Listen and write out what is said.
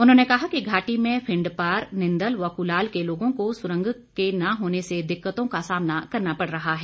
उन्होंने कहा कि घाटी में फिंडपार निंदल व कुलाल के लोगों को सुरंग के न होने से दिक्कतों का सामना करना पड़ रहा है